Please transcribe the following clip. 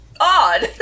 odd